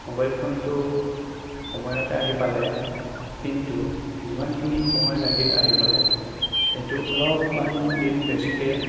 mobile ফোনটো সময়তে আহি পালে কিন্তু যিমানখিনি সময় লাগিল আহিবলৈ সেইটো অলপমান দিন বেছিকৈ